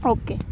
okay